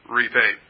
repay